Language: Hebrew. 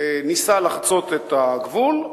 וניסה לחצות את הגבול.